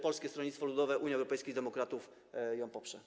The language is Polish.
Polskie Stronnictwo Ludowe - Unia Europejskich Demokratów ją poprze.